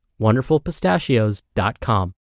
wonderfulpistachios.com